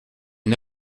une